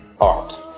art